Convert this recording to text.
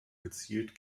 gezielt